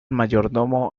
mayordomo